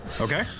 okay